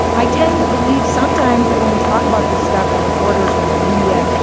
i tend to believe sometimes that when we talk about this stuff as reporters are in the media,